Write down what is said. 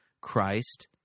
Christ